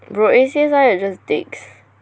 bro A_C_S_I are just dicks